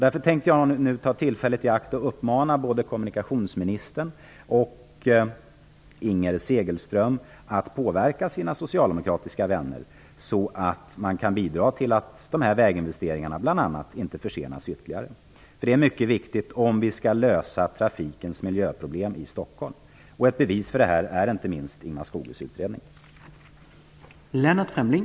Därför tänkte jag nu ta tillfället i akt och uppmana både kommunikationsministern och Inger Segelström att påverka sina socialdemokratiska vänner så att man bl.a. kan bidra till att de här väginvesteringarna inte försenas ytterligare. Det är mycket viktigt för att vi skall kunna lösa trafikens miljöproblem i Stockholm. Ett bevis för detta är inte minst Ingemar Skogös utredning.